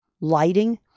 lighting